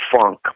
funk